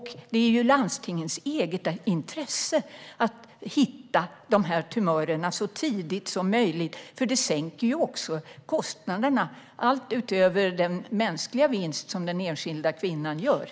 Det är i landstingens eget intresse att hitta tumörerna så tidigt som möjligt. Utöver att den enskilda kvinnan gör en mänsklig vinst sänker man kostnaderna.